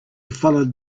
followed